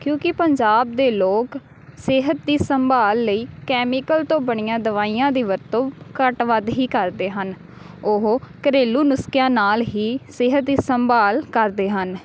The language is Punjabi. ਕਿਉਂਕਿ ਪੰਜਾਬ ਦੇ ਲੋਕ ਸਿਹਤ ਦੀ ਸੰਭਾਲ ਲਈ ਕੈਮੀਕਲ ਤੋਂ ਬਣੀਆਂ ਦਵਾਈਆਂ ਦੀ ਵਰਤੋਂ ਘੱਟ ਵੱਧ ਹੀ ਕਰਦੇ ਹਨ ਉਹ ਘਰੇਲੂ ਨੁਸਖਿਆਂ ਨਾਲ ਹੀ ਸਿਹਤ ਦੀ ਸੰਭਾਲ ਕਰਦੇ ਹਨ